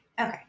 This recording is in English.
Okay